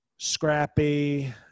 scrappy